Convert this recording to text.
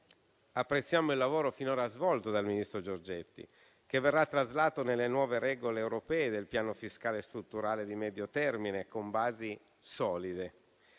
apprezziamo il lavoro finora svolto dal ministro Giorgetti; lavoro che verrà traslato nelle nuove regole europee del piano fiscale e strutturale di medio termine con basi solide.